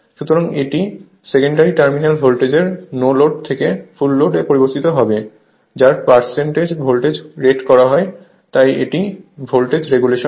সুতরাং এটি secondary terminal ভোল্টেজের নো লোড থেকে ফুল লোডে পরিবর্তিত হয় যার পার্সেন্টেজ ভোল্টেজ রেট করা হয় তাই এটি ভোল্টেজ রেগুলেশন